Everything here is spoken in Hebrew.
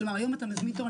היום אתה מזמין תור.